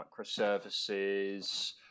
microservices